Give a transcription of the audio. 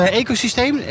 ecosysteem